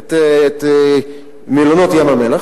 את מלונות ים-המלח.